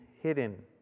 hidden